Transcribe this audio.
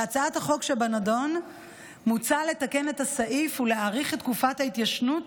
בהצעת החוק שבנדון מוצע לתקן את הסעיף ולהאריך את תקופת ההתיישנות